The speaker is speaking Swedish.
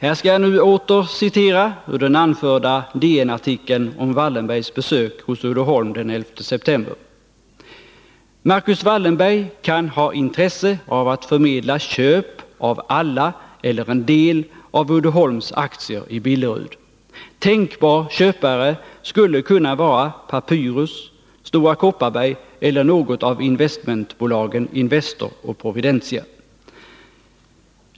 Här skall jag nu åter citera ur den anförda DN-artikeln om Wallenbergs besök hos Uddeholm den 11 september: ”Marcus Wallenberg kan ha intresse av att förmedla köp av alla eller en del av Uddeholms aktier i Billerud. Tänkbar köpare skulle kunna vara Papyrus, Stora Kopparberg eller något av investmentbolagen Investor och Providentia.